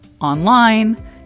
Online